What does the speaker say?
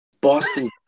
Boston